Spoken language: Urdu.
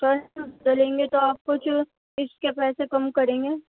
سر لیں گے تو آپ کچھ اس کے پیسے کم کریں گے